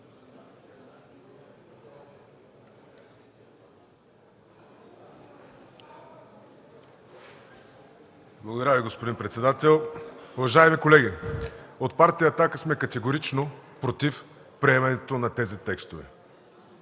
Благодаря Ви, господин председател. Уважаеми колеги, от партия „Атака“ сме категорично против приемането на тези текстове.